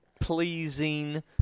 pleasing